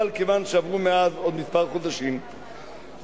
אבל כיוון שעברו מאז עוד חודשים מספר